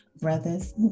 brothers